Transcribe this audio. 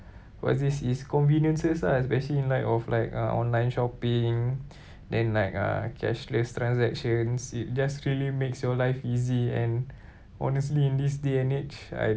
all these is convenience lah especially in light of like uh online shopping then like uh cashless transactions it just really makes your life easy and honestly in this day and age I